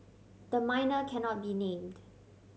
the minor cannot be named